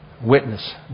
Witness